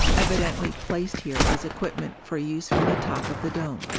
evidently placed here as equipment for use from the top of the dome.